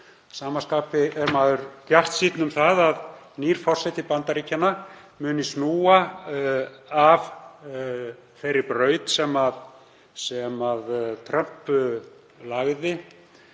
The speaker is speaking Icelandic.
sama skapi er maður bjartsýnn á að nýr forseti Bandaríkjanna muni snúa af þeirri braut sem Trump lagði